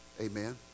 Amen